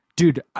dude